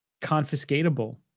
confiscatable